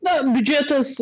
na biudžetas